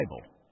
Bible